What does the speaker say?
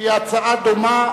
שהיא הצעה דומה